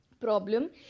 problem